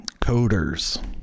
coders